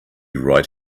right